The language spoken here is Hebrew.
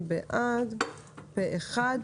הצבעה בעד, 1 נגד, אין נמנעים, אין פה אחד.